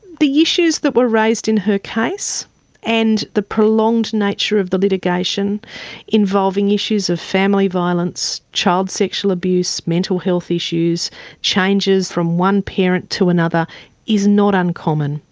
the issues that were raised in her case and the prolonged nature of the litigation involving issues of family violence, child sexual abuse, mental health issues, changes from one parent to another is not uncommon.